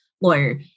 lawyer